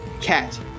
cat